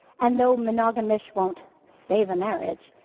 and though monogamish won't save a marriage,